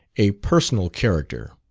a personal character.